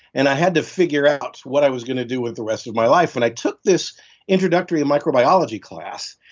and i had to figure out what i was going to do with the rest of my life and i took this introductory on microbiology class.